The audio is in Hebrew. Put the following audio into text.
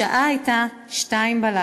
השעה הייתה 02:00,